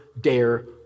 dare